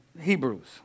Hebrews